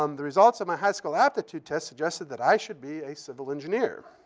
um the results of my high-school aptitude test suggested that i should be a civil engineer.